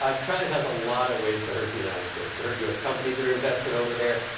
ah china has a lot of ways to hurt the united states, to hurt u s. companies that are invested over there.